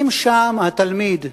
אם שם התלמיד,